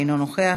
אינו נוכח,